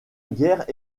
guerre